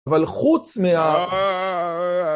אבל חוץ מה...